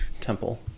temple